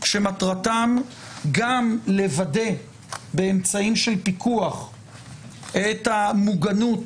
שמטרתם גם לוודא באמצעים של פיקוח את המוגנות